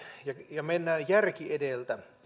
ja mennään järki edellä